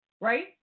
right